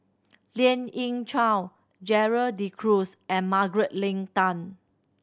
Lien Ying Chow Gerald De Cruz and Margaret Leng Tan